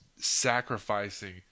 sacrificing